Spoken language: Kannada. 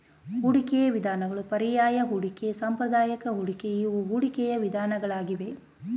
ಹೂಡಿಕೆಯ ವಿಧಗಳು ಪರ್ಯಾಯ ಹೂಡಿಕೆ, ಸಾಂಪ್ರದಾಯಿಕ ಹೂಡಿಕೆ ಇವು ಹೂಡಿಕೆಯ ವಿಧಗಳಾಗಿವೆ